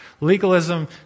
Legalism